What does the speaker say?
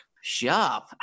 sharp